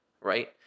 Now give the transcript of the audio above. right